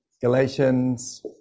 Galatians